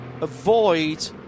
avoid